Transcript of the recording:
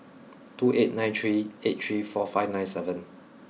two eight nine three eight three four five nine seven